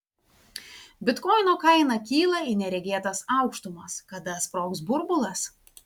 bitkoino kaina kyla į neregėtas aukštumas kada sprogs burbulas